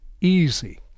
easy